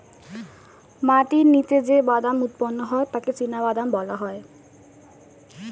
মাটির নিচে যে বাদাম উৎপন্ন হয় তাকে চিনাবাদাম বলা হয়